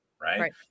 right